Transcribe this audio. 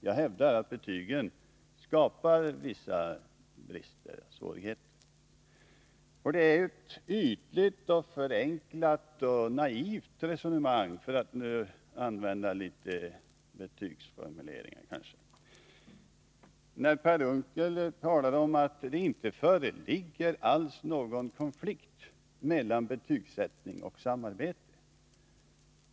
Jag hävdar att betygen skapar vissa svårigheter. Det är ett ytligt, förenklat och naivt resonemang — för att nu betygsätta det — som Per Unckel för när han talar om att det inte alls föreligger någon konflikt mellan betygsättning och samarbete.